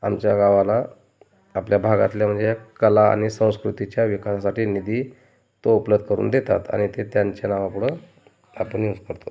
आमच्या गावाला आपल्या भागातल्या म्हणजे कला आणि संस्कृतीच्या विकासासाठी निधी तो उपलध करून देतात आणि ते त्यांचे नावापुढं आपण यूज करतो